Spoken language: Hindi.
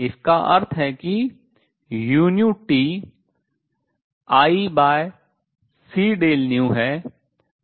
इसका अर्थ है कि uT Ic है